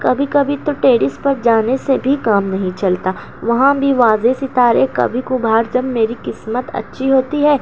کبھی کبھی تو ٹیرس پر جانے سے بھی کام نہیں چلتا وہاں بھی واضح ستارے کبھی کَبھار جب میری قسمت اچھی ہوتی ہے